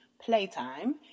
playtime